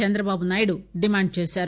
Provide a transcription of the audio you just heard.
Chandrababu Naidu demand చేశారు